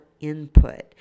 input